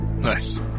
Nice